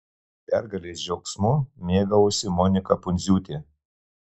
pergalės džiaugsmu mėgavosi monika pundziūtė